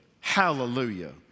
Hallelujah